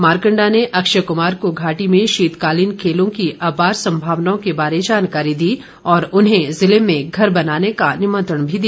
मारकंडा ने अक्षय कुमार को घाटी में शीतकालीन खेलों की अपार संभावनाओं के बारे जानकारी दी और उन्हें जिले में घर बनाने का निमंत्रण भी दिया